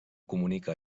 comunica